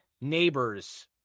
neighbor's